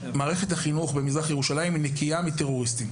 מערכת החינוך במזרח ירושלים נקייה מטרוריסטים?